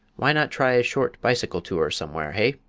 why not try a short bicycle tour somewhere, hey?